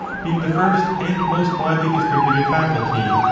being the first and most widely distributed faculty,